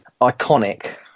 iconic